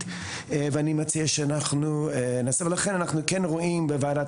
ואני מציע שאנחנו נעשה ולכן אנחנו כן רואים בוועדת